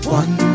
one